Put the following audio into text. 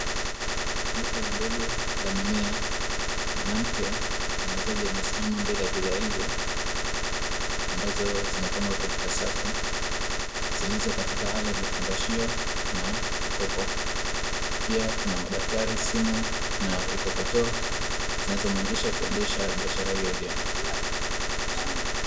Duka la mbegu za mimea. Mwanamke muuzaji amesimama mbele ya bidhaa hizo ambazo zimepangwa katika safu, zilizo katika hali ya vifungashio na vikopo. Pia kuna madaftari, simu na kikokotoo, zinazomwezesha kuendesha biashara hiyo vyema.